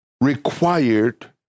required